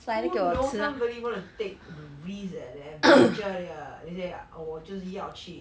who knows some really want to take the risk and and the adventure ya they say ah 我就是要去